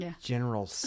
general